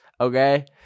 okay